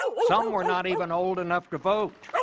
so um were not even old enough to vote